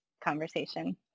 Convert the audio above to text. conversation